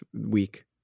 week